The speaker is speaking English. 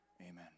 Amen